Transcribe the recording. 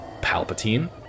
Palpatine